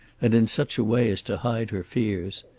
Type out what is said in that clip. and in such a way as to hide her fears.